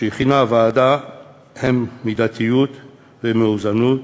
שהכינה הוועדה הן מידתיות ומאוזנות,